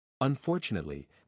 Unfortunately